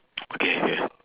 okay okay